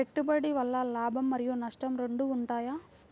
పెట్టుబడి వల్ల లాభం మరియు నష్టం రెండు ఉంటాయా?